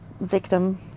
victim